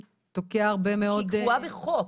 תוקע הרבה מאוד --- כי היא קבועה בחוק,